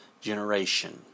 generation